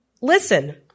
listen